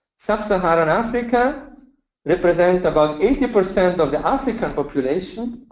sub-saharan africa represents about eighty percent of the african population,